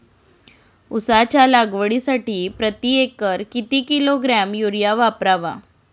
उसाच्या लागवडीसाठी प्रति एकर किती किलोग्रॅम युरिया वापरावा?